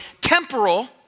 temporal